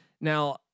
Now